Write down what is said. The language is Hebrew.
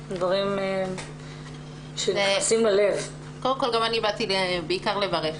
אני באתי בעיקר לברך,